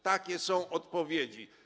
Takie są odpowiedzi.